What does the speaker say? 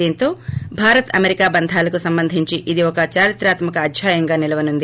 దీంతో భారత్ అమెరికా బంధాలకు సంబంధించి ఇది ఒక చారిత్రాత్మక అధ్యాయంగా నిలవనుంది